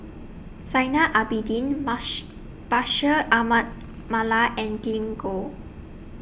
Zainal Abidin mash Bashir Ahmad Mallal and Glen Goei